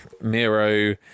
Miro